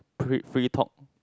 fr~ free talk